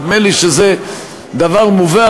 נדמה לי שזה דבר מובן,